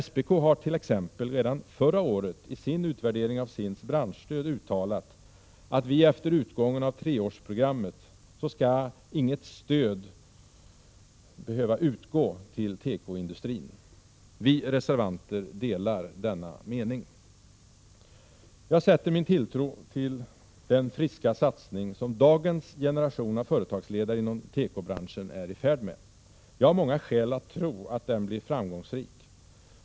SPK har t.ex. redan förra året i sin utvärdering av SIND:s branschstöd uttalat att efter utgången av treårsprogrammet skall inget stöd behöva utgå till tekoindustrin. Vi reservanter delar denna mening. Jag sätter min tilltro till den friska satsning som dagens generation av företagsledare inom tekobranschen är i färd med. Jag har många skäl att tro att den blir framgångsrik.